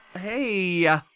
Hey